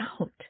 out